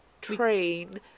train